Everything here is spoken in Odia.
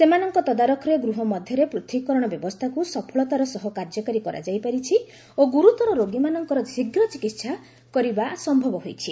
ସେମାନଙ୍କ ତଦାରଖରେ ଗୃହ ମଧ୍ୟରେ ପୂଥକୀକରଣ ବ୍ୟବସ୍ଥାକୁ ସଫଳତାର ସହ କାର୍ଯ୍ୟକାରୀ କରାଯାଇ ପାରିଛି ଓ ଗୁରୁତର ରୋଗୀମାନଙ୍କର ଶୀଘ୍ର ଚିକିତ୍ସା କରିବା ସମ୍ଭବ ହୋଇଛି